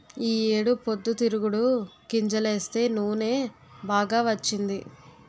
ఈ ఏడు పొద్దుతిరుగుడు గింజలేస్తే నూనె బాగా వచ్చింది